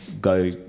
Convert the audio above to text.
go